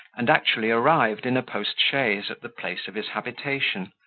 and actually arrived, in a post-chaise, at the place of his habitation,